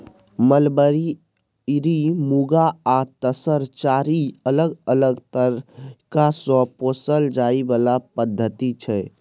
mulberry, इरी, मुँगा आ तसर चारि अलग अलग तरीका सँ पोसल जाइ बला पद्धति छै